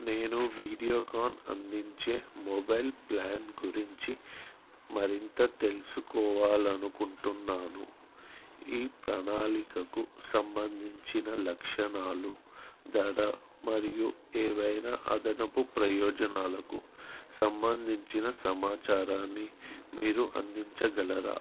నేను వీడియోకాన్ అందించే mobile plan గురించి మరింత తెలుసుకోవాలి అనుకుంటున్నాను ఈ ప్రణాళికకు సంబంధించిన లక్షణాలు ధర మరియు ఏవైనా అదనపు ప్రయోజనాలకు సంబంధించిన సమాచారాన్ని మీరు అందించగలరా